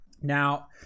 Now